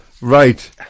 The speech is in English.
Right